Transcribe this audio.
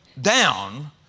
down